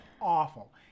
awful